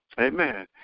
amen